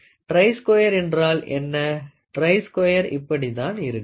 try square என்றால் என்ன try square இப்படித்தான் இருக்கும்